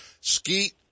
Skeet